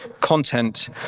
content